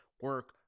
Work